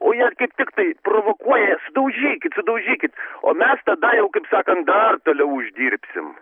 o jie kaip tiktai provokuoja sudaužykit sudaužykit o mes tada jau kaip sakant dar toliau uždirbsim